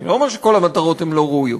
אני לא אומר שכל המטרות הן לא ראויות,